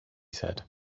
said